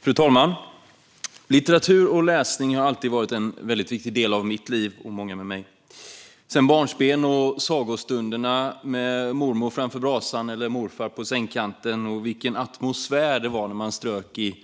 Fru talman! Litteratur och läsning har alltid varit en viktig del av mitt liv, och många med mig. Så har det varit sedan barnsben och sagostunderna med mormor framför brasan eller morfar på sängkanten. Vilken atmosfär det var när man strök runt i